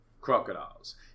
crocodiles